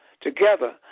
together